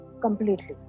completely